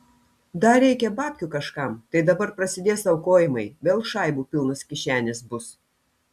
dar reikia babkių kažkam tai dabar prasidės aukojimai vėl šaibų pilnos kišenės bus